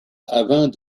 avant